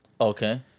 Okay